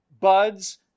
buds